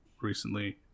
recently